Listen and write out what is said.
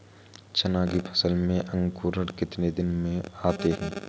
चना की फसल में अंकुरण कितने दिन में आते हैं?